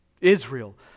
Israel